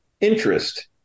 interest